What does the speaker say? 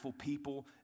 people